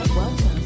Welcome